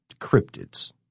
cryptids